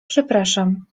przepraszam